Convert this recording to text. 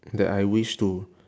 that I wish to